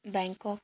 Bangkok